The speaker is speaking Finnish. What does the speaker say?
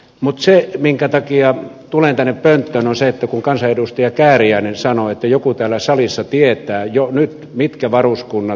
mutta se minkä takia tulin tänne pönttöön johtuu siitä kun kansanedustaja kääriäinen sanoi että joku täällä salissa tietää jo nyt mitkä varuskunnat lakkautetaan